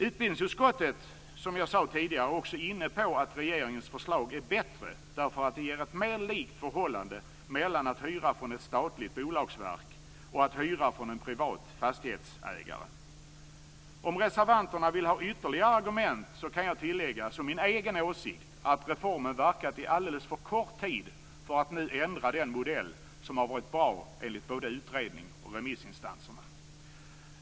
Utbildningsutskottet är, som jag också sade tidigare, inne på att regeringens förslag är bättre därför att det ger ett mer likt förhållande mellan att hyra från ett statligt bolagsverk och att hyra från en privat fastighetsägare. Om reservanterna vill ha ytterligare argument kan jag tillägga, som min egen åsikt, att reformen verkat i alldeles för kort tid för att man nu skall ändra den modell som har varit bra enligt både utredning och remissinstanser.